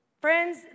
Friends